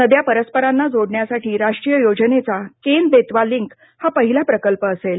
नद्या परस्परांना जोडण्यासाठी राष्ट्रीय योजनेचा केन बेतवा लिंक हा पहिला प्रकल्प असेल